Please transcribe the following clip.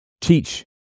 teach